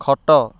ଖଟ